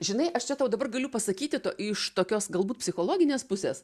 žinai aš čia tau dabar galiu pasakyti to iš tokios galbūt psichologinės pusės